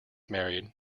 married